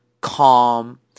calm